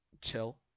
chill